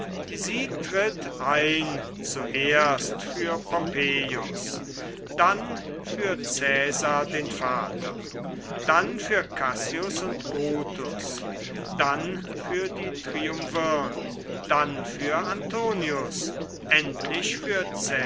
sie tritt ein zuerst für pompeius dann für caesar den vater dann für cassius und brutus dann für die triumvirn dann für antonius endlich für